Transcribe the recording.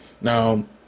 Now